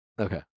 Okay